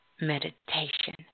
Meditation